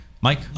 Mike